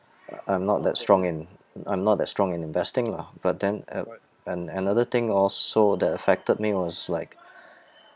uh I'm not that strong in I'm not that strong in investing lah but then a~ and another thing also that affected me was like